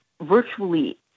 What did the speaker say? virtually